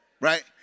right